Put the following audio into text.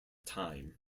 time